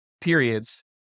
periods